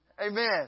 Amen